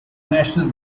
national